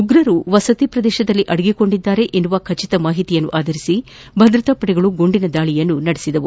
ಉಗ್ರರು ವಸತಿ ಪ್ರದೇಶದಲ್ಲಿ ಅಡಗಿದ್ದಾರೆ ಎಂಬ ಖಚಿತ ಮಾಹಿತಿ ಆಧರಿಸಿ ಭದ್ರತಾ ಪಡೆಗಳು ಗುಂಡಿನ ದಾಳಿ ನಡೆಸಿದವು